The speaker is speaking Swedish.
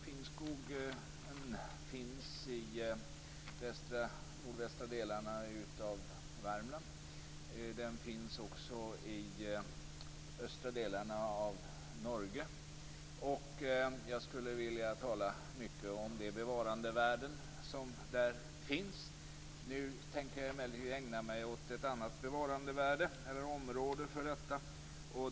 Finnskogen finns i de nordvästra delarna av Värmland och även i östra delarna av Norge. Jag skulle vilja tala mycket om de bevarandevärden som där finns. Nu tänker jag emellertid ägna mig åt ett annat område av bevarandevärde.